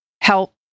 help